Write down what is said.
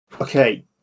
Okay